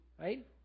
right